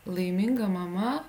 laiminga mama